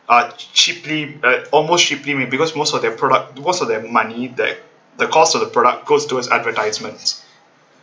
uh cheaply uh almost cheaply made because most of their product most of their money the the cost of the product goes towards advertisements